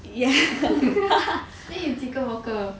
then 有几个 worker